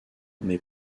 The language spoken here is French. mais